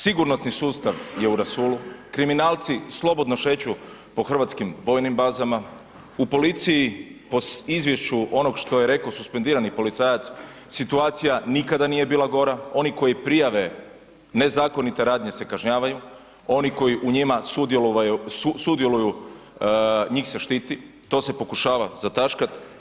Sigurnosni sustav je u rasulu, kriminalci slobodno šeću po hrvatskim vojnim bazama, u policiji po izvješću onog što je rekao suspendirani policajac situacija nikada nije bila gora, oni koji prijave nezakonite radnje se kažnjavaju, oni koji u njima sudjeluju njih se štiti, to se pokušava zataškat.